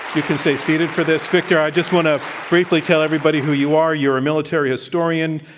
you can stay seated for this. victor, i just want to briefly tell everybody who you are. you're a military historian.